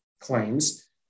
claims